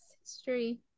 history